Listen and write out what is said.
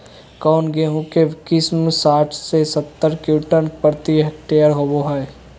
कौन गेंहू के किस्म साठ से सत्तर क्विंटल प्रति हेक्टेयर होबो हाय?